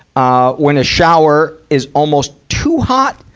ah, when a shower is almost too hot,